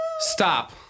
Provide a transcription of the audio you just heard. Stop